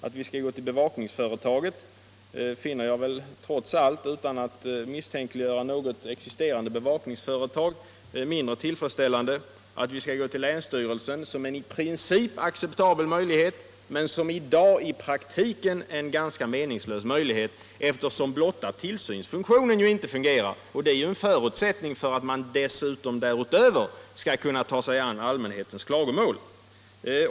Att vi skall gå till bevakningsföretaget finner jag trots allt, utan att vilja misstänkliggöra något existerande bevakningsföretag, mindre tillfredsställande, och att vi skall vända oss till länsstyrelsen, som är en i princip acceptabel möjlighet, anser jag i dag vara meningslöst, Om bevakningsföretagens roll i samhällets kontrollpolitik retagens roll i samhällets kontrollpolitik eftersom blotta tillsynsfunktionen inte fungerar. Detta är ju en förutsältning för att man därutöver skall kunna ta sig an allmänhetens klagomål.